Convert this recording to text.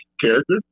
character